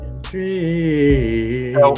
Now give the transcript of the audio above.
Dream